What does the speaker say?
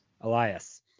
Elias